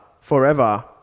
forever